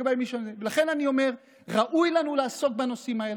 לכן אני אומר, ראוי לנו לעסוק בנושאים האלה,